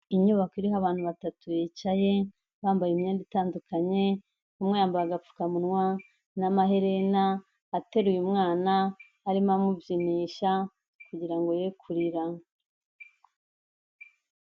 Inyubako iriho abantu batatu bicaye bambaye imyenda itandukanye umwa yambaye agapfukamunwa n'amaherena ateruye umwana arimo amubyinisha kugira ye kurira.